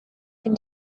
can